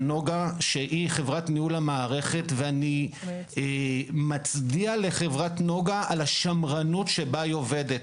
זה נוגה שהיא חברת ניהול המערכת ואני מצדיע לה על השמרנות שבה היא עובדת